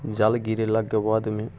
जाल गिरेलाके बादमे